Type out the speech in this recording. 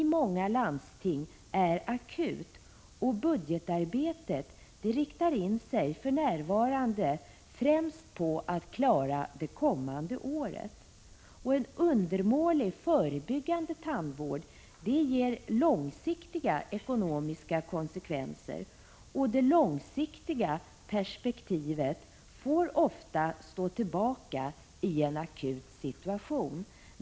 1985/86:131 tet riktar man för närvarande främst in sig på att klara det kommande året. — 29 april 1986 En undermålig förebyggande tandvård ger långsiktiga ekonomiska konsekvenser. Det långsiktiga perspektivet får ofta stå tillbaka i en akut situation.